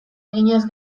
eginez